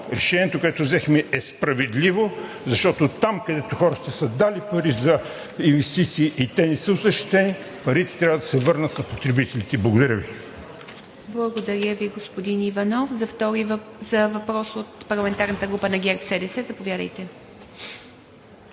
решението, което взехме, е справедливо, защото там, където хората са дали пари за инвестиции и те не са осъществени, парите трябва да се върнат на потребителите. Благодаря Ви. ПРЕДСЕДАТЕЛ ИВА МИТЕВА: Благодаря Ви, господин Иванов. За въпрос от парламентарната група на ГЕРБ-СДС – заповядайте,